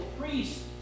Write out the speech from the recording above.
priests